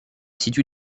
situe